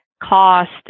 Cost